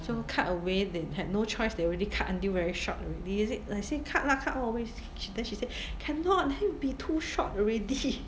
so cut away they had no choice they already cut until very short already say like say cut lah cut all away she then she say cannot then it'll be too short already